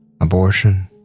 abortion